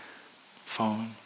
phone